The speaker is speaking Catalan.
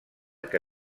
que